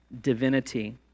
divinity